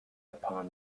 upon